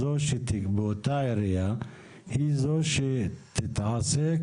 בגבייה באותה עירייה היא זו שתתעסק